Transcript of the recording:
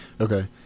Okay